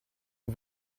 que